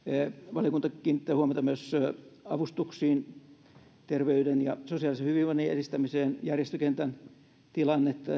valiokunta kiinnittää huomiota myös avustuksiin terveyden ja sosiaalisen hyvinvoinnin edistämiseen järjestökentän tilannetta